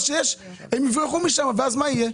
הם יברחו משם ואז מה יהיה?